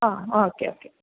ആ okay okay